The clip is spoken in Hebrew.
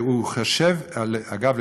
אגב,